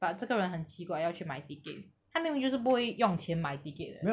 but 这个人很奇怪要去买 ticket 他明明就是不会用钱买 ticket 的